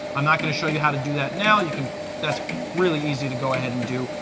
i'm not going to show you how to do that now. you can that's really easy to go ahead and do.